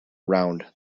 round